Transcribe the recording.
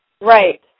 Right